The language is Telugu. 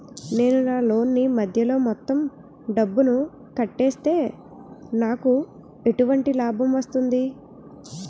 నేను నా లోన్ నీ మధ్యలో మొత్తం డబ్బును కట్టేస్తే నాకు ఎటువంటి లాభం వస్తుంది?